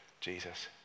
Jesus